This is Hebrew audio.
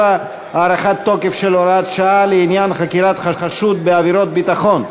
7) (הארכת תוקף של הוראת שעה לעניין חקירת חשוד בעבירת ביטחון),